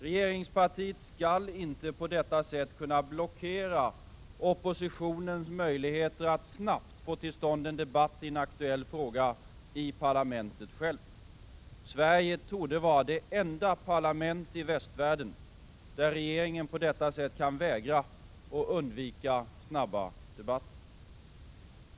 Regeringspartiet skall inte på detta sätt kunna blockera oppositionens möjligheter att snabbt få till stånd en debatt i en aktuell fråga i parlamentet. Sverige torde vara det enda parlament i västvärlden där regeringen på detta sätt kan vägra och undvika snabba debatter.